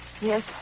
Yes